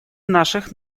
наших